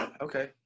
Okay